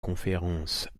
conférences